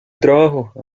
trabajo